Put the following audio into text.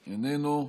איננו.